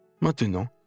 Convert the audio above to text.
Maintenant